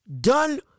done